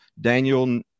daniel